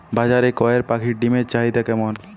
বাজারে কয়ের পাখীর ডিমের চাহিদা কেমন?